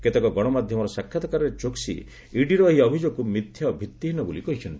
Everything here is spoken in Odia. କେତେକ ଗଣମାଧ୍ୟମର ସାକ୍ଷାତକାରରେ ଚୋକ୍ସି ଇଡି ର ଏହି ଅଭିଯୋଗକୁ ମିଥ୍ୟା ଓ ଭିତ୍ତିହୀନ ବୋଲି କହିଚ୍ଚନ୍ତି